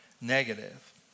negative